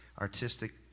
artistic